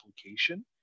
application